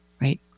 right